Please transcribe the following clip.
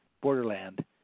borderland